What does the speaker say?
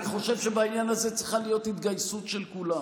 אני חושב שבעניין הזה צריכה להיות התגייסות של כולם.